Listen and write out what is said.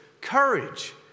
Courage